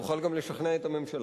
תוכל גם לשכנע את הממשלה,